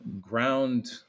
ground